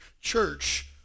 church